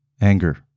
Anger